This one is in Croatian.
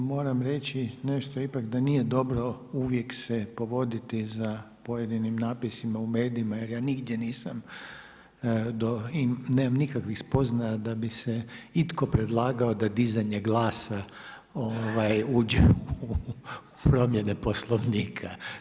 Ja moram reći nešto ipak da nije dobro uvijek se povoditi za pojedinim napisima u medijima jer ja nigdje nisam, nemam nikakvih spoznaja da bi se itko predlagao da dizanje glasa uđe u promjene Poslovnika.